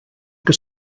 que